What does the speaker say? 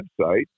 website